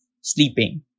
sleeping